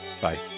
Bye